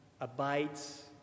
abides